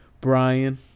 Brian